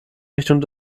richtung